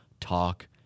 Talk